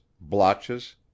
blotches